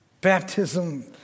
Baptism